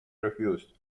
refused